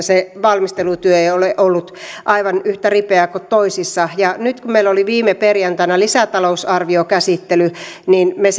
se valmistelutyö ei ole ollut aivan yhtä ripeää kuin toisissa nyt kun meillä oli viime perjantaina lisätalousarviokäsittely niin me